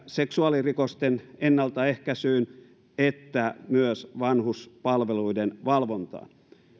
seksuaalirikosten ennaltaehkäisyyn että myös vanhuspalveluiden valvontaan